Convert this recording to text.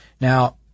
Now